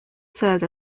served